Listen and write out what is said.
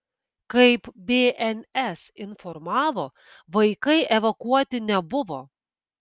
kaip bns informavo vaikai evakuoti nebuvo